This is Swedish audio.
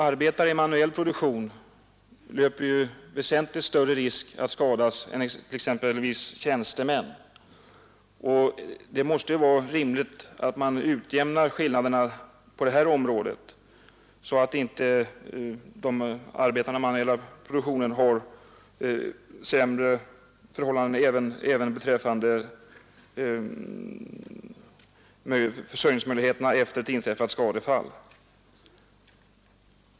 Arbetare i manuell produktion löper ju väsentligt större risk att skadas än exempelvis tjänstemän, och det måste vara rimligt att utjämna skillnaderna på detta område, så att arbetarna i den manuella produktionen inte får ett förhållandevis sämre läge även beträffande försörjningsmöjligheterna efter ett inträffat skadefall.